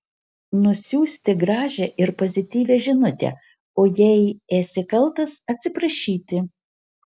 nusiųsti gražią ir pozityvią žinutę o jei esi kaltas atsiprašyti